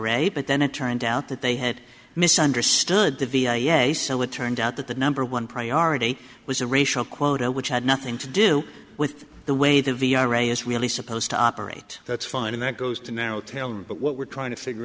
a but then it turned out that they had misunderstood the v i i so it turned out that the number one priority was a racial quota which had nothing to do with the way the v r a is really supposed to operate that's fine and that goes to now tell me but what we're trying to figure